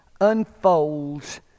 unfolds